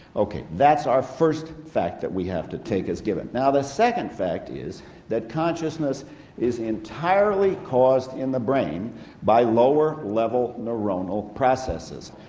ok, that's our first fact that we have to take as given. now the second fact is that consciousness is entirely caused in the brain by lower-level neuronal processes.